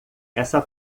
essa